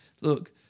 look